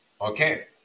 okay